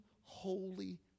Holy